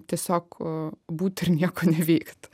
tiesiog būtų ir nieko nevyktų